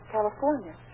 California